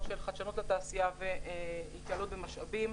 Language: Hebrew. של חדשנות לתעשייה והתייעלות במשאבים,